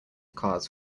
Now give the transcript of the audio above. cars